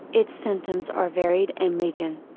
its symptoms are varied and legion.